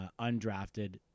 undrafted